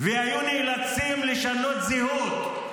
והיו שנאלצו לשנות זהות,